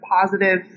positive